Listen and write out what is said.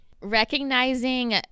recognizing